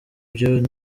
byo